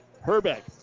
Herbeck